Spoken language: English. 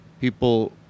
People